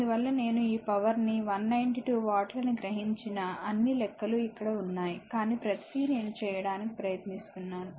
అందువల్ల నేను ఈ పవర్ ని 192 వాట్లని గ్రహించిన అన్ని లెక్కలు ఇక్కడ ఉన్నాయి కానీ ప్రతిదీ నేను చేయడానికి ప్రయత్నిస్తున్నాను